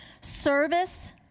service